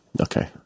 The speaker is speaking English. Okay